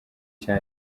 cya